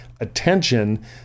attention